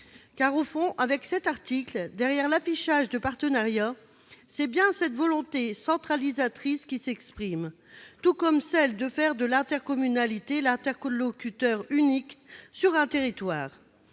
Car au fond, avec cet article, derrière l'affichage de partenariat, c'est bien cette volonté centralisatrice qui s'exprime, tout comme celle visant à faire de l'intercommunalité l'interlocuteur unique sur un territoire.